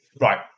right